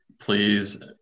Please